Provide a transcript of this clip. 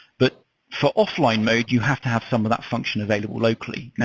but for offline mode, you have to have some of that function available locally.